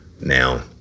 Now